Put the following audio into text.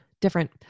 different